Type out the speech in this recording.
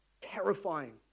Terrifying